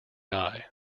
eye